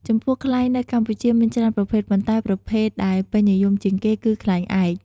ចំពោះ ខ្លែងនៅកម្ពុជាមានច្រើនប្រភេទ ប៉ុន្តែប្រភេទដែលពេញនិយមជាងគេគឺ ខ្លែងឯក។